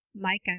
Mike